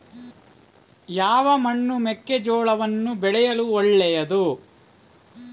ಯಾವ ಮಣ್ಣು ಮೆಕ್ಕೆಜೋಳವನ್ನು ಬೆಳೆಯಲು ಒಳ್ಳೆಯದು?